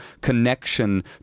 connection